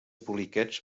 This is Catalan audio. poliquets